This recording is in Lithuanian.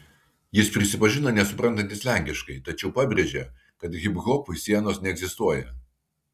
jis prisipažino nesuprantantis lenkiškai tačiau pabrėžė kad hiphopui sienos neegzistuoja